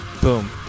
Boom